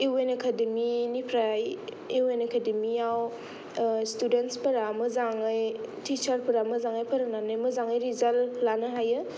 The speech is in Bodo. इउ एन एकादेमिनिफ्राय इउ एन एकादेमियाव स्थुदेनसफोरा मोजाङै थिसारसफोरा मोजांयै फोरोंनानै मोजाङै रिजालत लानो हायो